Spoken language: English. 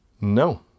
No